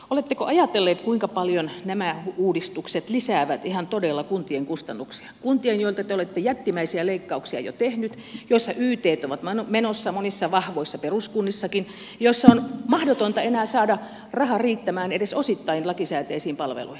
oletteko ajatelleet kuinka paljon nämä uudistukset lisäävät ihan todella kuntien kustannuksia kuntien joilta te olette jättimäisiä leikkauksia jo tehneet joissa ytt ovat menossa monissa vahvoissa peruskunnissakin joissa on mahdotonta enää saada rahaa riittämään edes osittain lakisääteisiin palveluihin